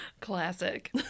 classic